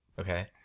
Okay